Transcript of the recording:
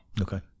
Okay